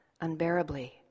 unbearably